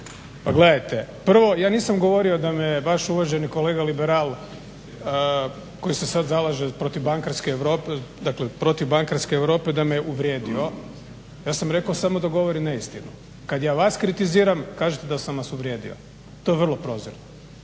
Pa gledajte, prvo ja nisam govorio da me vaš uvaženi kolega liberal koji se sad zalaže protiv bankarske Europe, dakle protiv bankarske Europe da me uvrijedio. Ja sam rekao samo da govori neistinu. Kad ja vas kritiziram kažete da sam vas uvrijedio. To je vrlo prozirno.